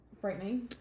Frightening